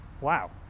Wow